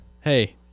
Hey